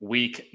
Week